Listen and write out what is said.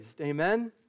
Amen